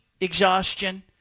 exhaustion